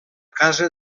casa